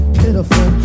pitiful